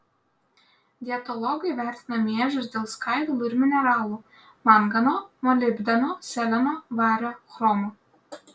dietologai vertina miežius dėl skaidulų ir mineralų mangano molibdeno seleno vario chromo